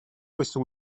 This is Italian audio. questo